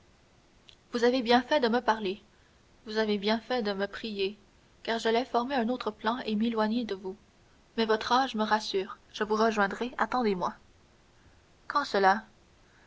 vous avez bien fait de me parler vous avez bien fait de me prier car j'allais former un autre plan et m'éloigner de vous mais votre âge me rassure je vous rejoindrai attendez-moi quand cela